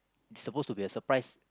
is supposed to be a surprise